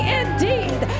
indeed